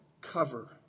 cover